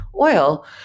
oil